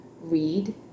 read